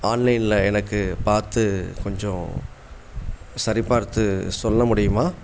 ஆன்லைனில் எனக்கு பார்த்து கொஞ்சம் சரிபார்த்து சொல்ல முடியுமா